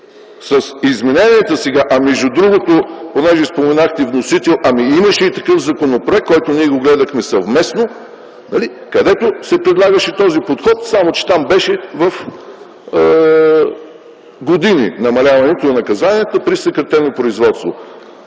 и реплики.) А, между другото, понеже споменахте вносител - ами, имаше и такъв законопроект, който ние го гледахме съвместно, където се предлагаше този подход, само че там беше в години намаляването на наказанието при съкратено производство.